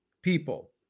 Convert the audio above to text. people